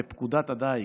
בפקודת הדיג,